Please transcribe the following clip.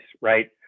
Right